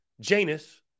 Janus